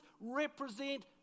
represent